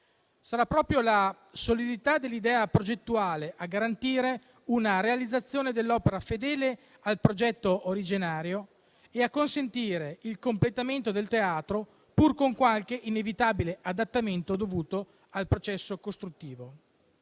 Sarà proprio la solidità dell'idea progettuale a garantire una realizzazione dell'opera fedele al progetto originario e a consentire il completamento del Teatro, pur con qualche inevitabile adattamento dovuto al processo costruttivo.